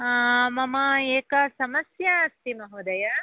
मम एका समस्या अस्ति महोदय